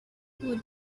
would